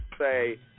Say